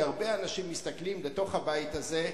כי הרבה אנשים מסתכלים לתוך הבית הזה,